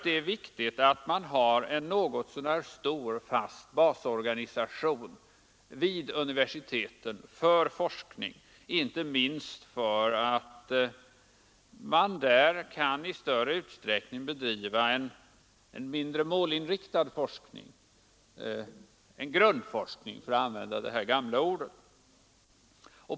Det är viktigt att man har en något så när stor, fast basorganisation vid universiteten för forskning — inte minst därför att man där i större utsträckning kan bedriva en mindre målinriktad forskning, en grundforskning.